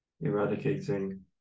eradicating